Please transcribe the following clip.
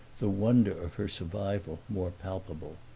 the wonder of her survival more palpable.